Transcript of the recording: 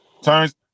Turns